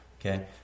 Okay